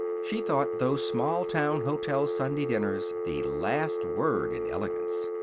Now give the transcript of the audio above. she thought those small-town hotel sunday dinners the last word in elegance.